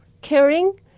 caring